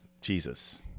Jesus